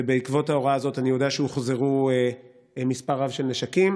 ובעקבות ההוראה הזאת אני יודע שהוחזר מספר רב של נשקים.